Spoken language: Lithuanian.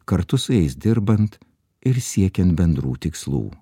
kartu su jais dirbant ir siekiant bendrų tikslų